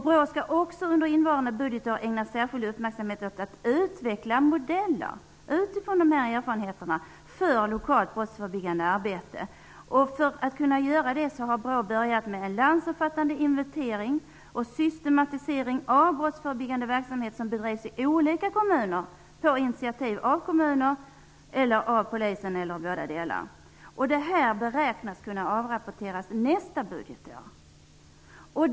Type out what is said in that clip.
BRÅ skall också under innevarande budgetår ägna särskild uppmärksamhet åt att utifrån de här erfarenheterna utveckla modeller för lokalt brottsförebyggande arbete. För att kunna göra det har BRÅ börjat med en landsomfattande inventering och systematisering av brottsförebyggande verksamhet som bedrivs i olika kommuner på initiativ av kommuner, polisen eller båda delar. Det här beräknas kunna avrapporteras nästa budgetår.